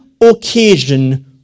occasion